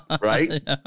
Right